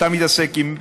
אתה מתעסק עם העוני,